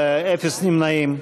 אפס נמנעים.